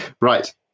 right